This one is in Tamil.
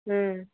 ம்